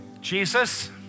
Jesus